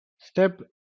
step